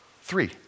Three